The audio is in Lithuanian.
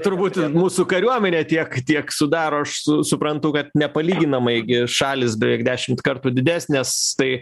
turbūt mūsų kariuomenę tiek tiek sudaro aš suprantu kad nepalyginamai gi šalys beveik dešimt kartų didesnės tai